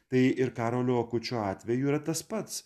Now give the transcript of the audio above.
tai ir karolio akučio atveju yra tas pats